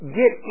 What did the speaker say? get